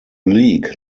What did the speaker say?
league